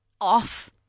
off